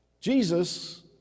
Jesus